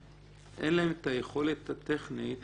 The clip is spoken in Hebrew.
שאין להם את היכולת הטכנית